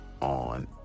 on